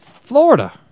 Florida